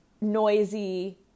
noisy